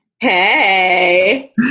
Hey